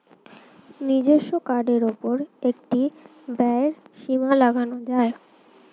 নিজস্ব কার্ডের উপর একটি ব্যয়ের সীমা লাগানো যায়